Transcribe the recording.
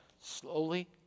slowly